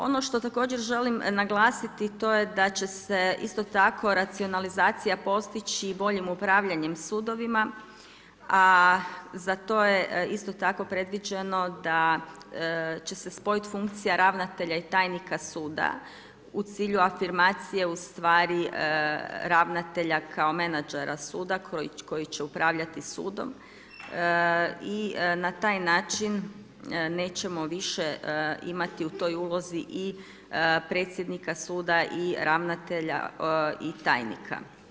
Ono što također želim naglasiti, to je da će se isto tako racionalizacija postići boljim upravljanjem sudovima, a za to je isto tako predviđeno da će se spojiti funkcija ravnatelja i tajnika suda u cilju afirmacije u stvari ravnatelja kao menadžera suda koji će upravljati sudom i na taj način nećemo više imati u toj ulozi i predsjednika suda i ravnatelja i tajnika.